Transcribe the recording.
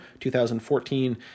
2014